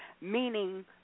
meaning